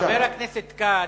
חבר הכנסת כץ,